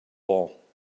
wall